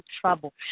trouble